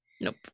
nope